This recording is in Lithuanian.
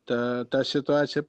ta ta situacija